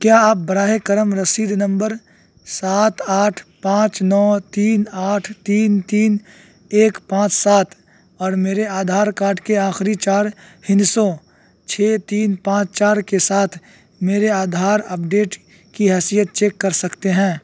کیا آپ براہ کرم رسید نمبر سات آٹھ پانچ نو تین آٹھ تین تین ایک پانچ سات اور میرے آدھار کاڈ کے آخری چار ہندسوں چھ تین پانچ چار کے ساتھ میرے آدھار اپڈیٹ کی حیثیت چیک کر سکتے ہیں